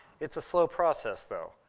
it's a slow process, though.